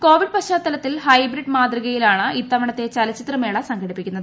Covid പശ്ചാത്തലത്തിൽ hybrid മാതൃകയിലാണ് ഇത്തവണത്തെ ചലച്ചിത്രമേള സംഘടിപ്പിക്കുന്നത്